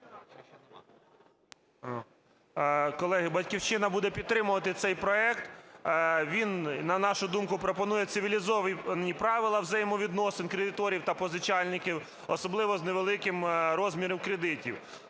Колеги, "Батьківщина" буде підтримувати цей проект. Він, на нашу думку, пропонує цивілізовані правила взаємовідносин кредиторів та позичальників, особливо з невеликим розміром кредитів.